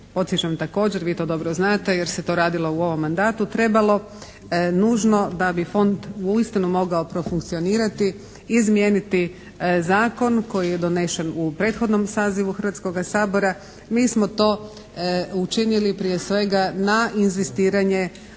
podsjećam također, vi to dobro znate jer se to radilo u ovom mandatu trebalo nužno da bi fond uistinu mogao profunkcionirati izmijeniti zakon koji je donesen u prethodnom sazivu Hrvatskoga sabora. Mi smo to učinili prije svega na inzistiranje